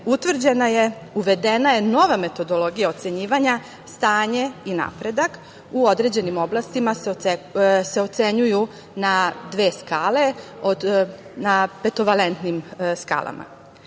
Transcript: utvrđena je, uvedena je nova metodologija ocenjivanja stanje i napredak u određenim oblastima se ocenjuju na dve skale na petovalentnim skalama.